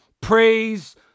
praise